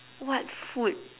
what food